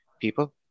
people